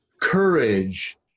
courage